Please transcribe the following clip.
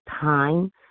time